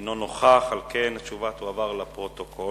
אינו נוכח, על כן התשובה תועבר לפרוטוקול.